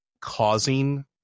causing